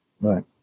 Right